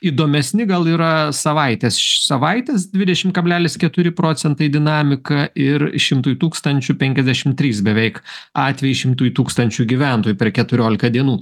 įdomesni gal yra savaitės savaites dvidešim kablelis keturi procentai dinamika ir šimtui tūkstančių penkiasdešim trys beveik atvejai šimtui tūkstančių gyventojų per keturioliką dienų